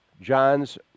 John's